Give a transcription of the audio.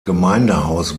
gemeindehaus